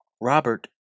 Robert